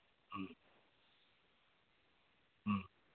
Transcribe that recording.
ꯎꯝ ꯎꯝ